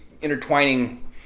intertwining